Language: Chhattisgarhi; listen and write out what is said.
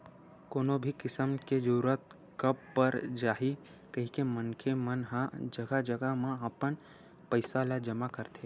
कोनो भी किसम के जरूरत कब पर जाही कहिके मनखे मन ह जघा जघा म अपन पइसा ल जमा करथे